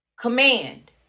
command